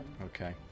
Okay